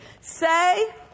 Say